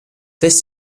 this